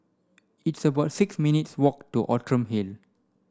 it's about six minutes' walk to Outram Hill